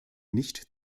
nicht